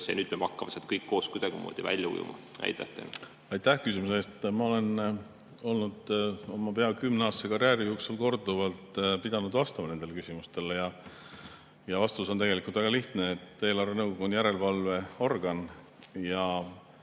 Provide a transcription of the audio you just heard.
ja nüüd peame hakkama sealt kõik koos kuidagimoodi välja ujuma. Aitäh küsimuse eest! Ma olen oma pea kümneaastase karjääri jooksul korduvalt pidanud vastama nendele küsimustele ja vastus on tegelikult väga lihtne: eelarvenõukogu on järelevalveorgan ja